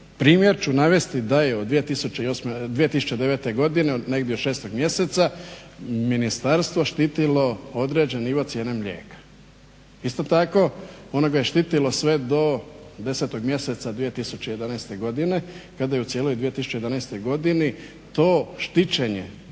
primjer ću navesti da je od 2009. godine negdje od šestog mjeseca ministarstvo štitilo određene i ocjene mlijeka. Isto tako, ono ga je štitilo sve do 10 mjeseca 2011. godine kada je u cijeloj 2011. godini to štićenje